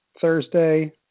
Thursday